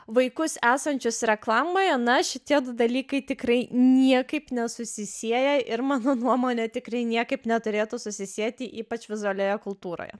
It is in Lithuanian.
vaikus esančius reklamoje na šitie du dalykai tikrai niekaip nesusisieja ir mano nuomone tikrai niekaip neturėtų susisieti ypač vizualioje kultūroje